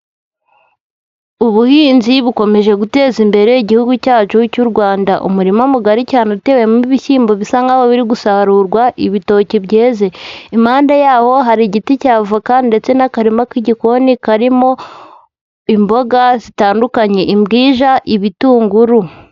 Ubuhinzi bukomeje guteza imbere Igihugu cyacu cy'u Rwanda, umurima mugari cyane utewemo ibishyimbo bisa nk'aho biri gusarurwa, ibitoki byeze, impande yaho hari igiti cya voka ndetse n'akarima k'igikoni karimo imboga zitandukanye, imbwija, ibitunguru.